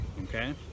okay